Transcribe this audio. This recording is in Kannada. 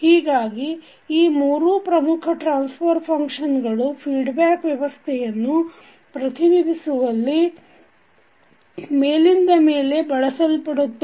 ಹೀಗಾಗಿ ಈ ಮೂರು ಪ್ರಮುಖ ಟ್ರಾನ್ಸಫರ್ ಫಂಕ್ಷನ್ ಗಳು ಫೀಡ್ಬ್ಯಾಕ್ ವ್ಯವಸ್ಥೆಯನ್ನು ಪ್ರತಿನಿಧಿಸುವಲ್ಲಿ ಮೇಲಿಂದ ಮೇಲೆ ಬಳಸಲ್ಪಡುತ್ತವೆ